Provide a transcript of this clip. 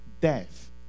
death